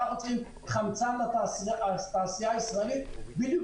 אנחנו צריכים חמצן לתעשייה הישראלית בדיוק